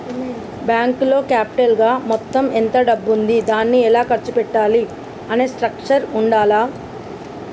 బ్యేంకులో క్యాపిటల్ గా మొత్తం ఎంత డబ్బు ఉంది దాన్ని ఎలా ఖర్చు పెట్టాలి అనే స్ట్రక్చర్ ఉండాల్ల